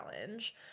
challenge